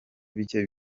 bike